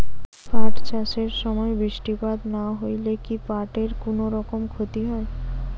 পাট চাষ এর সময় বৃষ্টিপাত না হইলে কি পাট এর কুনোরকম ক্ষতি হয়?